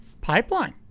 Pipeline